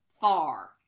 far